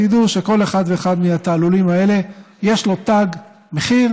תדעו שכל אחד ואחד מן התעלולים האלה יש לו תג מחיר,